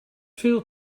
veel